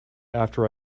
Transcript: after